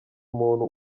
umuntu